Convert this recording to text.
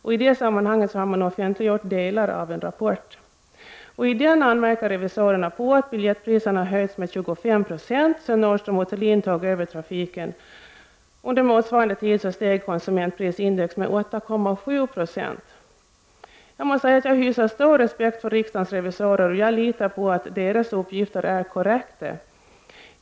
I det sammanhanget har man offentliggjort delar av en rapport. I den anmärker revisorerna på att biljettpriserna har höjts med 25 26 sedan Nordström & Thulin tog över trafiken. Under motsvarande tid steg konsumentprisindex med 8,7 70. Jag måste säga att jag har stor respekt för riksdagens revisorer, och jag litar på att deras uppgifter är korrekta.